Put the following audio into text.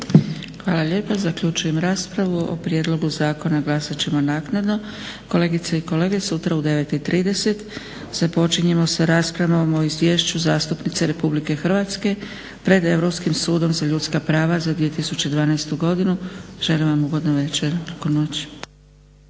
Hvala lijepa. Zaključujem raspravu. O prijedlogu zakona glasat ćemo naknadno. Kolegice i kolege, sutra u 9,30 započinjemo sa raspravom o izvješću zastupnice Republike Hrvatske pred Europskim sudom za ljudska prava za 2012.godinu. Želi vam ugodnu večer. Laku noć.